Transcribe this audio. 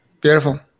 Beautiful